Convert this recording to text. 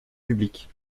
public